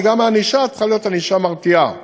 וגם הענישה צריכה להיות ענישה מרתיעה.